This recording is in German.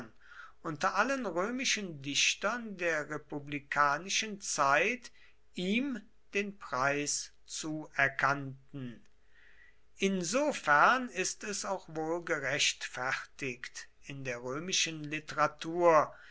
unter allen römischen dichtern der republikanischen zeit ihm den preis zuerkannten insofern ist es auch wohl gerechtfertigt in der römischen literatur